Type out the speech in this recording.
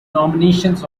nominations